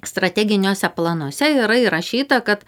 strateginiuose planuose yra įrašyta kad